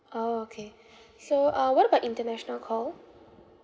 orh okay so uh what about international call